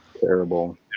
terrible